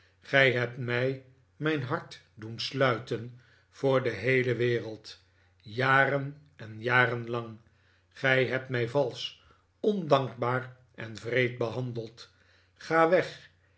gij hebt mij mijn hart doen sluiten voor de heele wereld jaren en jaren lang gij hebt mij valsch ondankbaar en wreed behandeld ga weg